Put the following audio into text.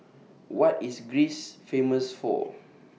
What IS Greece Famous For